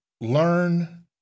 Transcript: learn